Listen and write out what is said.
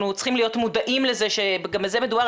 צריכים להיות מודעים לזה שגם בזה מדובר.